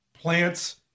plants